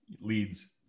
leads